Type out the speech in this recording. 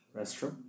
restroom